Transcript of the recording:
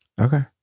Okay